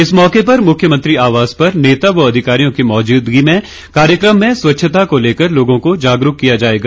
इस मौके पर मुख्यमंत्री आवास पर नेता व अधिकारियों की मौजूदगी में कार्यक्रम में स्वच्छता को लेकर लोगों को जागरूक किया जायेगा